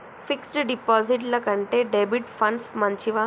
Fix డ్ డిపాజిట్ల కంటే డెబిట్ ఫండ్స్ మంచివా?